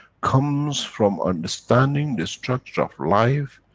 comes from understanding the structure of life,